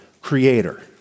creator